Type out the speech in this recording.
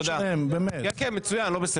לא?